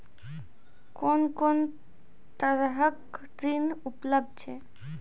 कून कून तरहक ऋण उपलब्ध छै?